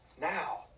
Now